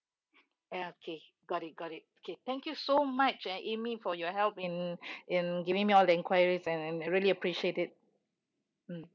okay got it got it okay thank you so much amy for your help and and giving me all the enquiries and I really appreciate it mm